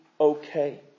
okay